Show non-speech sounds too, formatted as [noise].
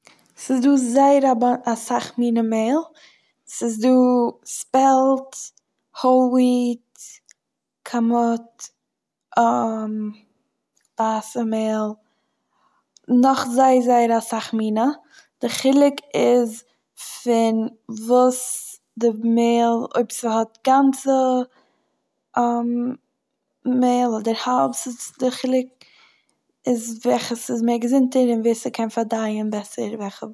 ס'איז דא זייער א בא- אסאך מינע מעל, ס'איז דא ספעלט, האויל וויהט, קאמוט, [hesitation] ווייסע מעל, נאך זייער זייער אסאך מינע, די חילוק איז פון וואס די מעל אויב ס'האט גאנצע [hesitation] מעל אדער האלב, ס'איז די חילוק איז וועלכע ס'איז מער געזונטער און ווער ס'קען פארדייען בעסער וועלכע מינע.